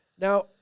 Now